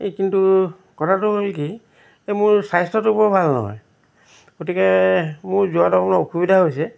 এই কিন্তু কথাটো হ'ল কি এই মোৰ স্বাস্থ্যটো বৰ ভাল নহয় গতিকে মোৰ যোৱাত অলপ অসুবিধা হৈছে